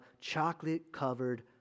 chocolate-covered